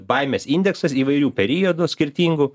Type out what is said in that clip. baimės indeksas įvairių periodų skirtingų